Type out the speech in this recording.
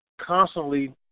constantly